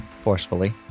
forcefully